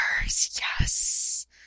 Yes